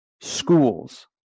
schools